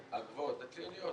הציוניות,